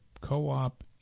co-op